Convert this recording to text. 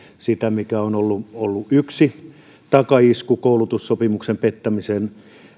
mikä on ollut ollut yksi takaisku koulutussopimuksen pettämisen